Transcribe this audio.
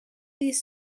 these